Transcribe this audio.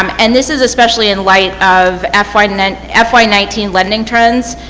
um and this is especially in light of fy nineteen ah fy nineteen lending trends.